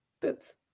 Boots